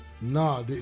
nah